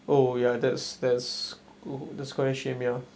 oh yeah that's that's oh that's quite a shame ya